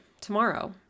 tomorrow